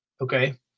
Okay